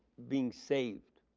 being saved,